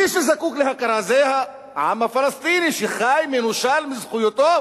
מי שזקוק להכרה זה העם הפלסטיני שחי מנושל מזכויותיו